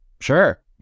sure